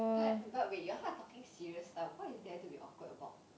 but but wait you all not talking serious stuff what is there to be awkward about